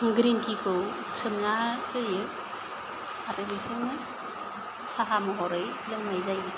green टिखौ सोमना होयो आरो बेखौनो साहा महरै लोंनाय जायो